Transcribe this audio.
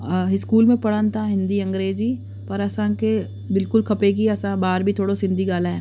school में पढ़नि था हिंदी अंग्रेजी पर असांखे बिल्कुलु खपे की असां ॿाहिरि बि थोरो सिंधी ॻाल्हायूं